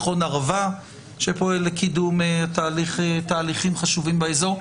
מכון ערבה שפועל לקידום תהליכים חשובים באזור.